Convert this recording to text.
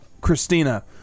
Christina